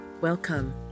Welcome